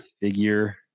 figure